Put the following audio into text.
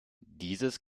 dieses